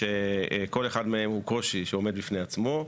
שכל אחד מהם הוא קושי שעומד בפני עצמו,